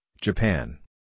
Japan